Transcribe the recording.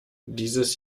dieses